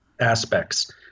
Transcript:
aspects